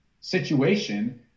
situation